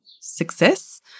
success